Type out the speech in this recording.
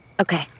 Okay